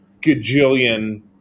gajillion